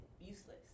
useless